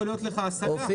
יכול להיות לך --- אופיר,